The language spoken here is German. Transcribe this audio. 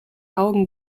augen